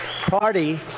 party